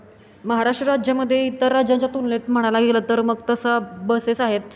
महाराष्ट्र राज्यामध्ये इतर राज्यांच्या तुलनेत म्हणायला गेलं तर मग तसं बसेस आहेत